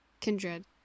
kindred